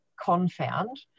confound